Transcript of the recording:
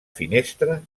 finestra